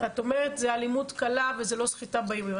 את אומרת, זה אלימות קלה וזה לא סחיטה באיומים.